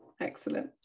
excellent